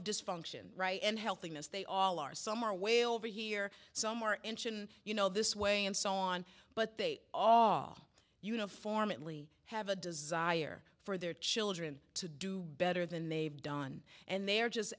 of dysfunction and health thing as they all are some are way over here somewhere in sion you know this way and so on but they all uniform at least have a desire for their children to do better than they've done and they are just